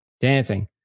dancing